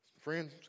Friends